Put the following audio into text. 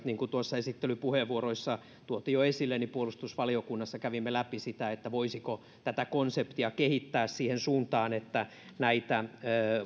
niin kuin tuossa esittelypuheenvuorossa tuotiin jo esille niin puolustusvaliokunnassa kävimme läpi sitä voisiko tätä konseptia kehittää siihen suuntaan että näitä